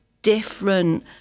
different